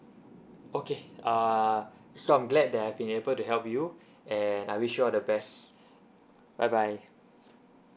okay err so I'm glad that I've been able to help you and I wish you all the best bye bye